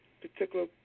particular